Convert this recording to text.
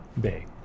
Bay